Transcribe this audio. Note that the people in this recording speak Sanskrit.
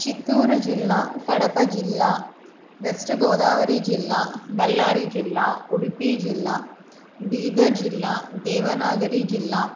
चित्तूरुजिल्ला कडपजिल्ला वेस्ट् गोदावरीजिल्ला बल्लारिजिल्ला उडुपिजिल्ला बीदर् जिल्ला देवनागरीजिल्ला